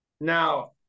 Now